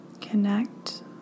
connect